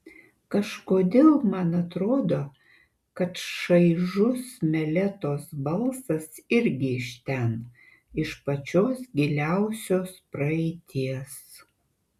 kažkodėl man atrodo kad šaižus meletos balsas irgi iš ten iš pačios giliausios praeities